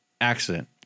accident